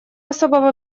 особого